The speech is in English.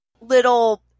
little